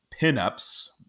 Pinups